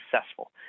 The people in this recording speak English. successful